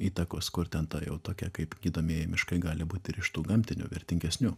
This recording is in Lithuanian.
įtakos kur ten ta jau tokie kaip gydomieji miškai gali būt ir iš tų gamtinių vertingesnių